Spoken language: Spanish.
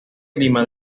clima